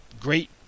Great